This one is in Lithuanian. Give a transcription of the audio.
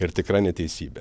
ir tikra neteisybė